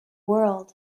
world